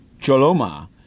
Choloma